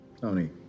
Tony